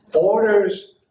orders